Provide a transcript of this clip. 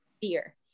fear